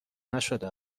نشده